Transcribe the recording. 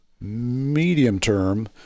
medium-term